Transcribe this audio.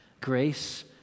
Grace